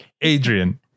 Adrian